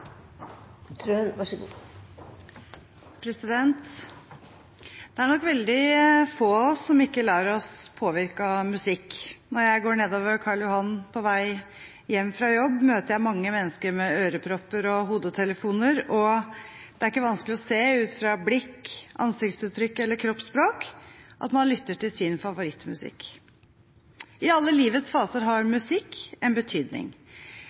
nok veldig få av oss som ikke lar seg påvirke av musikk. Når jeg går nedover Karl Johans gate på vei hjem fra jobb, møter jeg mange mennesker med ørepropper eller hodetelefoner. Det er ikke vanskelig å se, ut fra blikk, ansiktsuttrykk eller kroppsspråk, at man lytter til sin favorittmusikk. I alle livets faser har musikk en betydning.